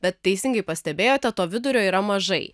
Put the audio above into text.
bet teisingai pastebėjote to vidurio yra mažai